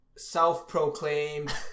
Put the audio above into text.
Self-proclaimed